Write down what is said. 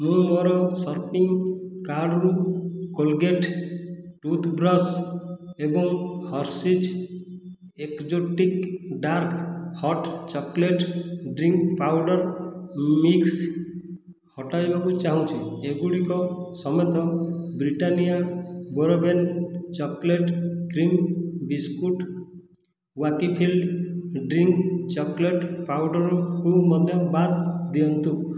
ମୁଁ ମୋର ଶପିଂ କାର୍ଟରୁ କୋଲଗେଟ୍ ଟୁଥ ବ୍ରଶ୍ ଏବଂ Hershey's exotic dark hot chocolate drink powder mix ହଟାଇବାକୁ ଚାହୁଁଛି ଏଗୁଡ଼ିକ ସମେତ Britannia bourbon chocolate cream biscuit wacky fill drink chocolate ପାଉଡ଼ର୍କୁ ମଧ୍ୟ ବାଦ୍ ଦିଅନ୍ତୁ